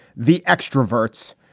the extroverts.